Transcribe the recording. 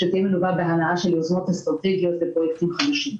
שתהיה מלווה בהנעה של יוזמות אסטרטגיות ופרויקטים חדשים.